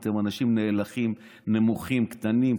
אתם אנשים נאלחים, נמוכים, קטנים,